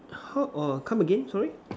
ho~ oh come again sorry